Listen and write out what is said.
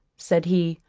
said he.